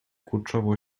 kurczowo